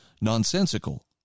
nonsensical